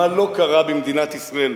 מה לא קרה במדינת ישראל,